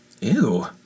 ew